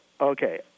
okay